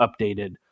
updated